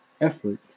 effort